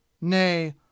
Nay